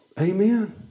Amen